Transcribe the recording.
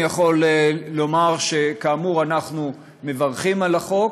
אני יכול לומר שכאמור אנחנו מברכים על החוק,